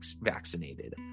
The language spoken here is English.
vaccinated